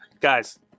guys